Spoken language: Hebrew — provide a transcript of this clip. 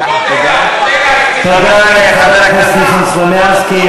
תודה לחבר הכנסת ניסן סלומינסקי,